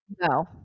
No